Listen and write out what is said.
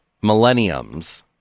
millenniums